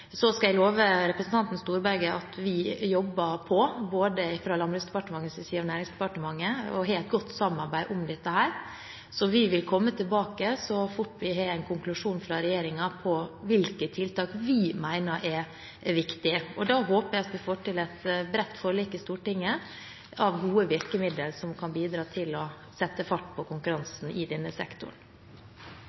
Så skal jeg love representanten Storberget at vi jobber på, både fra Landbruks- og matdepartementets og Nærings- og fiskeridepartementets side, og har et godt samarbeid om dette. Vi vil komme tilbake så fort vi har en konklusjon fra regjeringen på hvilke tiltak vi mener er viktige. Da håper jeg at vi får til et bredt forlik i Stortinget om gode virkemidler som kan bidra til å sette fart på konkurransen i denne sektoren.